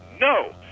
no